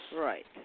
Right